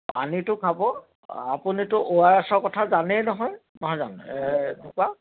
পানীটো খাব আপুনিতো অ' আৰ এছৰ কথা জানেই নহয় নহয় জানো